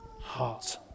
heart